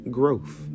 growth